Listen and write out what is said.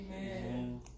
Amen